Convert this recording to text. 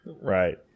Right